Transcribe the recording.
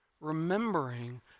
remembering